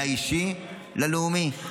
מהאישי ללאומי.